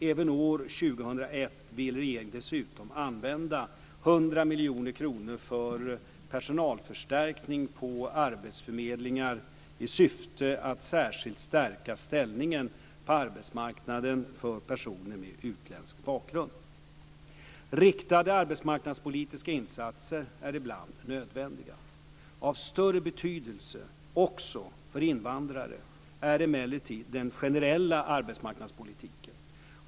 Även år 2001 vill regeringen dessutom använda 100 miljoner kronor för personalförstärkningar på arbetsförmedlingar i syfte att särskilt stärka ställningen på arbetsmarknaden för personer med utländsk bakgrund. Riktade arbetsmarknadspolitiska insatser är ibland nödvändiga. Av större betydelse, också för invandrare, är emellertid den generella arbetsmarknadspolitiken.